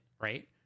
right